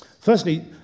Firstly